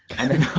and then